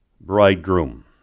bridegroom